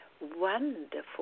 wonderful